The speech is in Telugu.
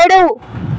ఏడు